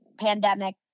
pandemic